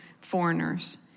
foreigners